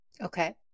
Okay